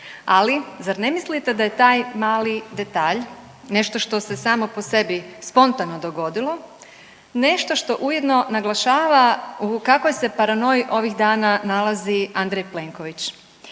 ali zar ne mislite da je taj mali detalj nešto što se samo po sebi spontano dogodilo nešto što ujedno naglašava u kakvoj se paranoji ovih dana nalazi Andrej Plenković.